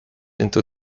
into